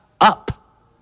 up